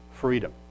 freedom